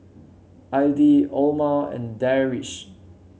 Aidil Omar and Deris